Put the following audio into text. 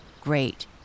great